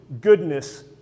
goodness